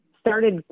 started